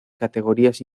categorías